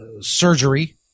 surgery